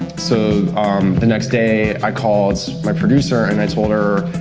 so um the next day, i called my producer and i told her,